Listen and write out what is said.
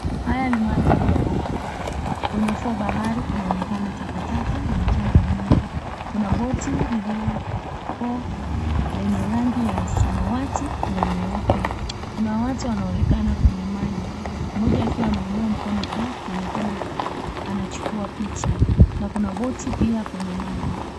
Haya ni mandhari ya baharini. Kwenye ufuo wa bahari kunaonekana takataka na mchanga mwingi. Kuna boti lilioko lenye rangi ya samawati na nyeupe. Kuna watu wanaonekana kwenye maji, mmoja akiwa ameinua mkono juu, akionekana anachukua picha, na kuna boti pia kwenye maji.